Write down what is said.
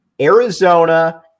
Arizona